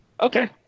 Okay